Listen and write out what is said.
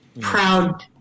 proud